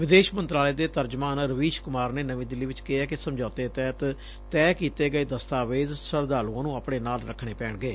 ਵਿਦੇਸ਼ ਮੰਤਰਾਲੇ ਦੇ ਤਰਜਮਾਨ ਰਵੀਸ਼ ਕੁਮਾਰ ਨੇ ਨਵੀਂ ਦਿੱਲੀ ਚ ਕਿਹਾ ਕਿ ਸਮਝੌਤੇ ਤਹਿਤ ਤੈਅ ਕੀਤੇ ਗਏ ਦਸਤਾਵੇਜ਼ ਸ਼ਰਧਾਲੂਆਂ ਨੂੰ ਆਪਣੇ ਨਾਲ ਰੱਖਣੇ ਪੈਣਗੇ